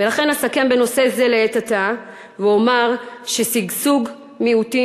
ולכן אסכם בנושא זה לעת עתה ואומר ששגשוג מיעוטים